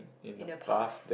in the past